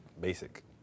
basic